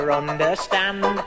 understand